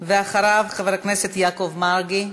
ואחריו, חבר הכנסת יעקב מרגי.